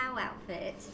outfit